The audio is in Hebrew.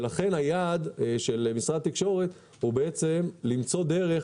לכן היעד של משרד התקשורת הוא למצוא דרך,